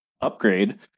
upgrade